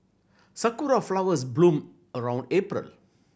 sakura flowers bloom around April